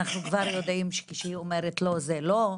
אנחנו כבר יודעים שכשהיא אומרת 'לא' זה לא,